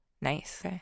Nice